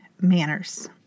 manners